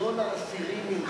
הלגיון העשירי נמחק?